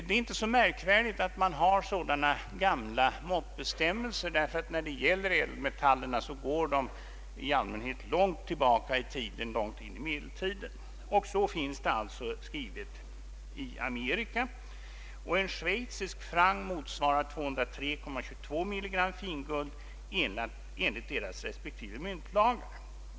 Det är inte så märkvärdigt att man har sådana gamla måttbestämmelser, därför att vägningsbestämmelserna angående ädelmetallerna i allmänhet går långt tillbaka i tiden, långt in i medeltiden, Så står det alltså skrivet i Amerika. En schweizisk franc motsvarar 203,22 milligram finguld enligt landets myntlag.